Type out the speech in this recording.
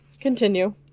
continue